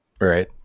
right